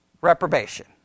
reprobation